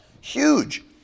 huge